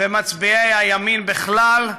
ומצביעי הימין בכלל,